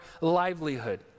livelihood